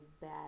bad